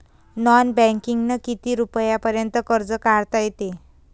Non बँकिंगनं किती रुपयापर्यंत कर्ज काढता येते?